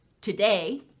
today